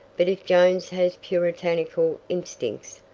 but if jones has puritanical instincts,